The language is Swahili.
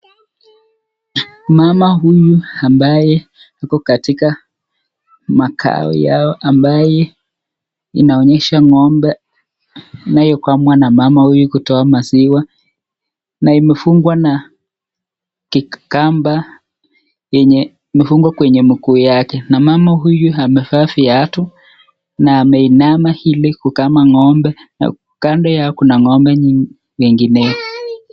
Mama huyu ambaye ako katika makao yao ambaye inaonyesha ng'ombe anayekamwa na mama huyu kutoa maziwa. Na imefungwa na kamba yenye imefungwa kwenye mguu yake. Na mama huyu amevaa viatu na ameinama ili kukama ng'ombe na kando yao kuna ng'ombe wengineo.